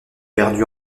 perdu